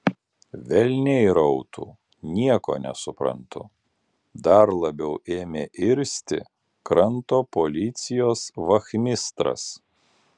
velniai rautų nieko nesuprantu dar labiau ėmė irzti kranto policijos vachmistras